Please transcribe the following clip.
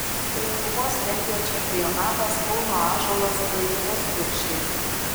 lietuvos regbio čempionatas kauno ąžuolas klaipėdos kuršiai